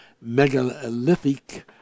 megalithic